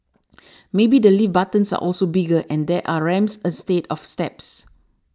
maybe the lift buttons are also bigger and there are ramps instead of steps